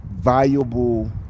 valuable